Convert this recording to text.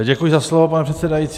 Děkuji za slovo, pane předsedající.